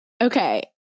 Okay